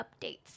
updates